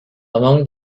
among